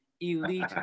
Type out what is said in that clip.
elite